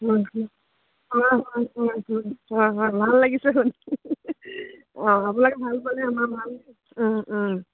হয় হয় হয় হয় হয় হয় হয় ভাল লাগিছে অঁ আপোনালোকে ভাল পালে আমাৰ ভাল অঁ অঁ